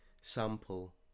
sample